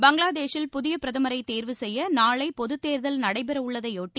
பங்களாதேஷில் புதிய பிரதமரை தேர்வு செய்ய நாளை பொது தேர்தல் நடைபெறயுள்ளதையொட்டி